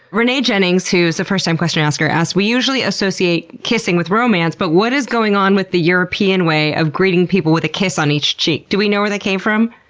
renee jennings, who's a first-time question-asker, asked we usually associate kissing with romance, but what is going on with the european way of greeting people with a kiss on each cheek? do we know where that came from?